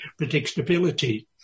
predictability